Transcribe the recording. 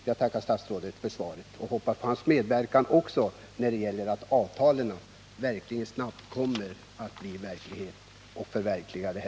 Jag tackar statsrådet än en gång för svaret och hoppas på hans medverkan också när det gäller att snabbt få avtalet till stånd så att det här projektet kan förverkligas.